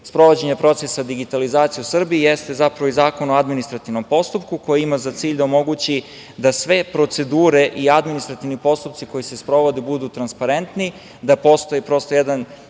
sprovođenja procesa digitalizacije u Srbiji, jeste zapravo i Zakon o administrativnom postupku, koji ima za cilj da omogući da sve procedure i administrativni postupci koji se sprovodu budu transparentni, da postoji prosto jedan